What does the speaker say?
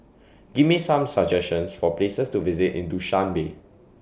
Give Me Some suggestions For Places to visit in Dushanbe